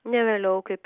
ne vėliau kaip